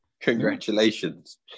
congratulations